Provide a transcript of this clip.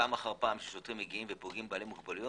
פעם אחר פעם שוטרים פוגעים בבעלי מוגבלויות,